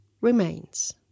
remains